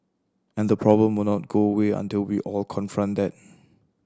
and the problem will not go away until we all confront that